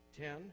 Ten